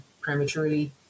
prematurely